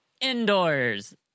indoors